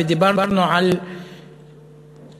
ודיברנו על תשתיות,